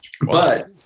But-